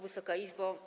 Wysoka Izbo!